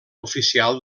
oficial